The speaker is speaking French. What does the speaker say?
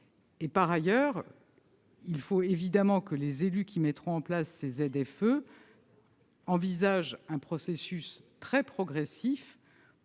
Par ailleurs, il faut évidemment que les élus qui créeront ces ZFE envisagent un processus très progressif,